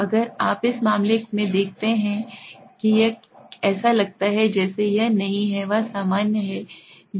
तो अगर आप इस मामले में देखते हैं यह ऐसा लगता है जैसे यह नहीं है यह सामान्य है